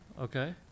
Okay